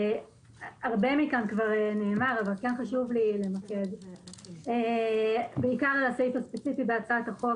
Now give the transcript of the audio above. הרבה נאמר כאן אבל כן חשוב לי להתייחס בעיקר לסעיף הספציפי בהצעת החוק,